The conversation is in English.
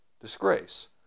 disgrace